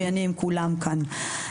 ואני עם כולם כאן.